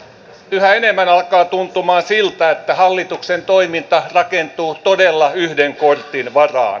yhä enemmän alkaa tuntumaan siltä että hallituksen toiminta rakentuu todella yhden kortin varaan